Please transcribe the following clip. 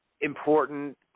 important